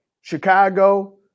Chicago